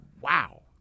wow